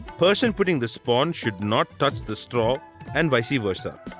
person putting the spawn should not touch the straw and vice versa.